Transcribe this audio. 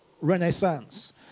renaissance